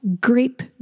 grape